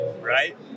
Right